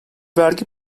vergi